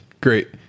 Great